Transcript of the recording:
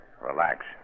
Relax